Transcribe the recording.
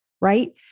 right